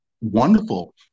wonderful